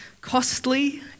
costly